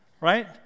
Right